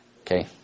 Okay